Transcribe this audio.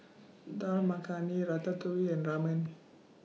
Dal Makhani Ratatouille and Ramen